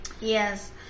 Yes